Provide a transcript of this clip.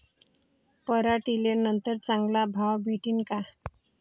पराटीले नंतर चांगला भाव भेटीन का?